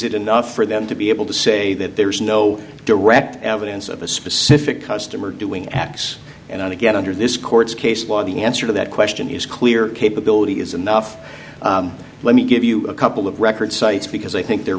it enough for them to be able to say that there is no direct evidence of a specific customer doing x and again under this court's case law the answer to that question is clear capability is enough let me give you a couple of record sites because i think they're